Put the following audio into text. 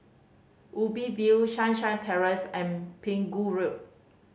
Ubi View Sunshine Terrace and Pegu Road